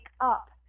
up